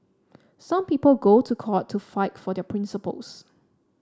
some people go to court to fight for their principles